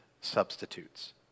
substitutes